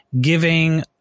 giving